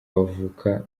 bavuka